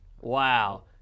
Wow